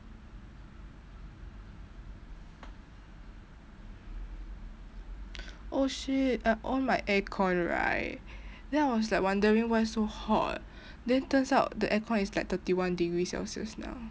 oh shit I on my aircon right then I was like wondering why so hot then turns out the aircon is like thirty one degree celsius now